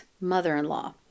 mother-in-law